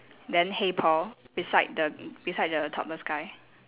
then hey paul beside the beside the topless guy